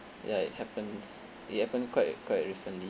ya it happens it happened quite quite recently